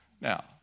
Now